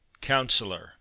Counselor